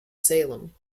salem